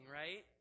right